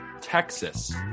Texas